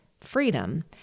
freedom